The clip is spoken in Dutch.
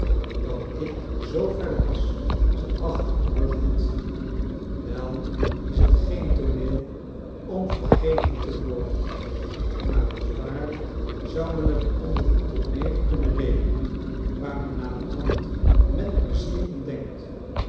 dat ik zoo ver was ze achter den rug had wei is t geen tooneel om vergeten te worden maar bezwaarlijk zou men t onder die tooneelen kunnen rekenen waar men naderhand met plezier om denkt